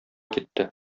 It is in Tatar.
китте